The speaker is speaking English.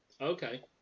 Okay